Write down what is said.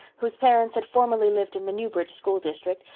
whose parents had formerly lived in the newbridge school district,